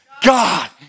God